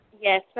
Yes